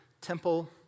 temple